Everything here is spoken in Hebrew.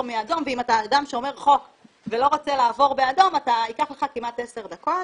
באדום ואם אתה אדם שומר חוק ולא רוצה לעבור באדום ייקח לך כמעט עשר דקות.